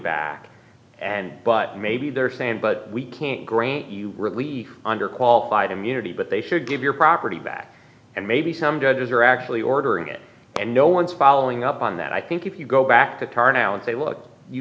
back and but maybe they're saying but we can't grant you relief under qualified immunity but they should give your property back and maybe some judges are actually ordering it and no one's following up on that i think if you go back to tara now and say look you